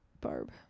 Barb